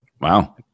Wow